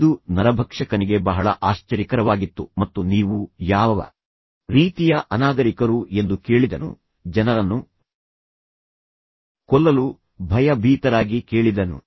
ಇದು ನರಭಕ್ಷಕನಿಗೆ ಬಹಳ ಆಶ್ಚರ್ಯಕರವಾಗಿತ್ತು ಮತ್ತು ನೀವು ಯಾವ ರೀತಿಯ ಅನಾಗರಿಕರು ಎಂದು ಕೇಳಿದನು ಜನರನ್ನು ಕೊಲ್ಲಲು ಭಯಭೀತರಾಗಿ ಕೇಳಿದನು